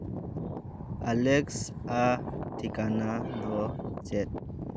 Alexa ᱴᱷᱤᱠᱟᱱᱟ ᱫᱚ ᱪᱮᱫ